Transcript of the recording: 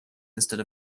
instead